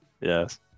Yes